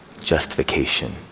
justification